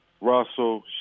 Russell